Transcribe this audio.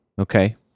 Okay